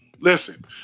Listen